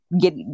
get